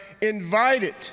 invited